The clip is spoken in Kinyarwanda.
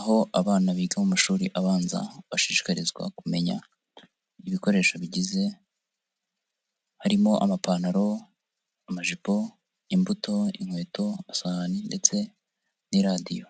aho abana biga mu mashuri abanza, bashishikarizwa kumenya ibikoresho bigize, harimo amapantaro, amajipo, imbuto, inkweto, isahani ndetse n'iradiyo.